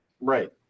right